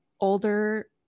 older